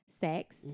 sex